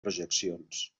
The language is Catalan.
projeccions